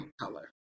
color